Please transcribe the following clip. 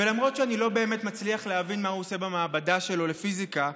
ולמרות שאני לא באמת מצליח להבין מה הוא עושה במעבדה שלו לפיזיקה,